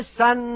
son